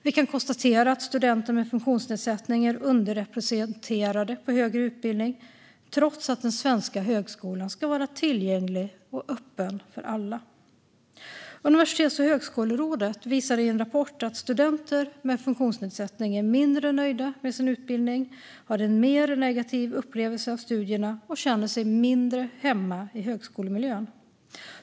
Vi kan konstatera att studenter med funktionsnedsättning är underrepresenterade på högre utbildning, trots att den svenska högskolan ska vara tillgänglig och öppen för alla. Universitets och högskolerådet visar i en rapport att studenter med funktionsnedsättning är mindre nöjda med sin utbildning, har en mer negativ upplevelse av studierna och känner sig mindre hemma i högskolemiljön.